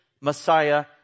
Messiah